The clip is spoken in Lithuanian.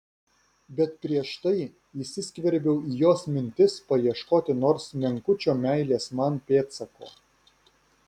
bet prieš tai įsiskverbiau į jos mintis paieškoti nors menkučio meilės man pėdsako